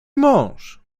mąż